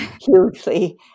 hugely